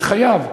את חייו,